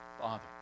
Father